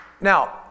Now